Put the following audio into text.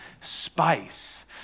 spice